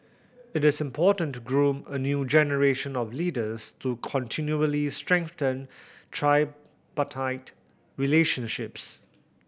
it is important to groom a new generation of leaders to continually strengthen tripartite relationships